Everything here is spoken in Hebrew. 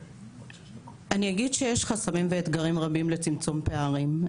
אני אגיד שיש חסמים ואתגרים רבים לצמצום פערים.